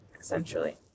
essentially